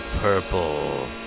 purple